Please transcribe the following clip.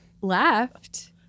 left